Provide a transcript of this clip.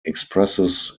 expresses